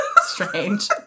strange